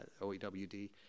OEWD